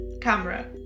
camera